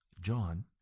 John